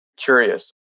curious